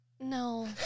No